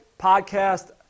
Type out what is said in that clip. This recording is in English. podcast